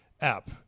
app